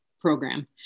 Program